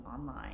online